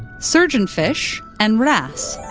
surgeonfish, and wrasse.